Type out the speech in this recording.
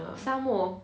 沙某